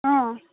ಹಾಂ